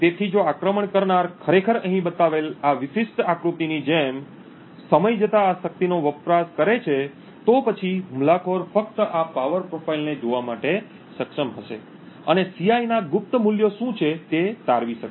તેથી જો આક્રમણ કરનાર ખરેખર અહીં બતાવેલ આ વિશિષ્ટ આકૃતિની જેમ સમય જતા આ શક્તિનો વપરાશ કરે છે તો પછી હુમલાખોર ફક્ત આ પાવર પ્રોફાઇલને જોવા માટે સક્ષમ હશે અને Ci ના ગુપ્ત મૂલ્યો શું છે તે તારવી શકશે